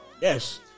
Yes